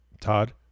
Todd